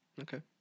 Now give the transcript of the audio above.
Okay